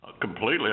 completely